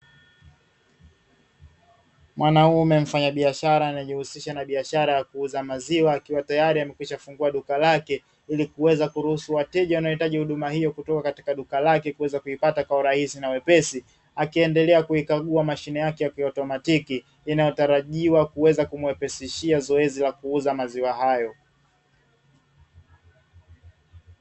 mwanaume mfanyabiashara anayejihusisha na biashara ya kuuza maziwa akiwa tayari amekwishafungua duka lake, ili kuweza kuruhusu wateja wanaohitaji huduma hiyo kutoka katika duka lake kuweza kuipata kwa urahisi na wepesi, akiendelea kuikagua mashine yake ya kiautomatiki inayotarajiwa kuweza kumwepesishia zoezi la kuuza maziwa hayo.